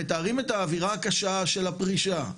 שמתארים את האווירה הקשה של הפרישה.